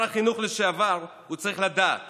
כשר החינוך לשעבר הוא צריך לדעת